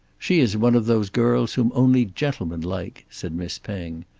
she is one of those girls whom only gentlemen like, said miss penge.